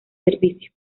servicio